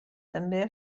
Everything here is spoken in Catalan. també